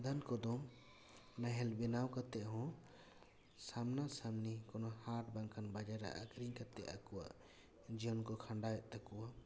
ᱟᱫᱷᱮᱱ ᱠᱚᱫᱚ ᱱᱟᱦᱮᱞ ᱵᱮᱱᱟᱣ ᱠᱟᱛᱮ ᱦᱚᱸ ᱥᱟᱢᱱᱟ ᱥᱟᱹᱢᱱᱤ ᱠᱳᱱᱳ ᱦᱟᱴ ᱵᱟᱝᱠᱷᱟᱱ ᱵᱟᱡᱟᱨ ᱨᱮ ᱟᱹᱠᱷᱟᱨᱤᱧ ᱠᱟᱛᱮ ᱟᱠᱚᱣᱟᱜ ᱡᱤᱭᱚᱱ ᱠᱚ ᱠᱷᱟᱸᱰᱟᱣ ᱮᱫ ᱛᱟᱠᱚᱣᱟ